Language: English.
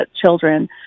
children